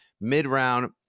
mid-round